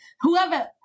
whoever